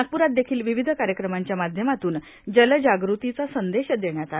नागपुरात देखिल विविध कार्यक्रमांच्या माध्यमातून जलजागृतीचा संदेश देण्यात आला